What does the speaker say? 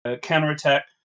counterattack